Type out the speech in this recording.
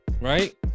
right